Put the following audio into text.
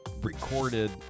recorded